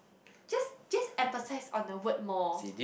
just just emphasize on the word more